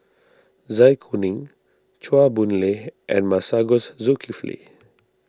Zai Kuning Chua Boon Lay and Masagos Zulkifli